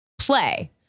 play